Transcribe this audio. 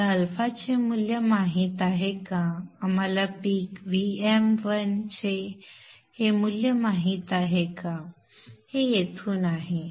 आम्हाला α चे हे मूल्य माहित आहे का आम्हाला पीक Vm1 चे हे मूल्य माहित आहे हे येथून आहे